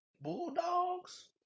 bulldogs